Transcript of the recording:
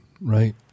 right